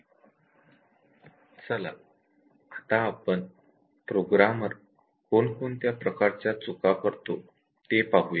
चला आता आपण प्रोग्रामर कोणकोणत्या प्रकारच्या चुका करतो ते पाहूया